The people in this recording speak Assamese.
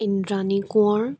ইন্দ্ৰণী কোঁৱৰ